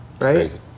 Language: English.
Right